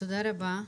תודה רבה,